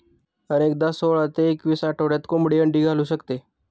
अनेकदा सोळा ते एकवीस आठवड्यात कोंबडी अंडी घालू शकते